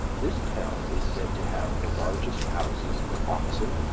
this town is said to have the largest houses for oxen,